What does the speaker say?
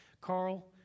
Carl